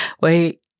Wait